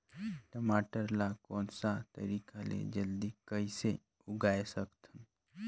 टमाटर ला कोन सा तरीका ले जल्दी कइसे उगाय सकथन?